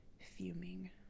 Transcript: fuming